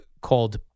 called